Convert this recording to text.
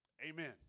Amen